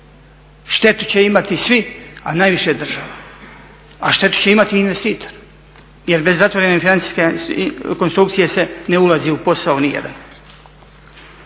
Štetu će imati svi, a najviše država, a štetu će imat i investitor jer bez zatvorene financijske konstrukcije se ne ulazi u posao ni jedan.